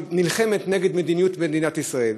שנלחמת נגד מדיניות מדינת ישראל.